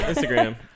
Instagram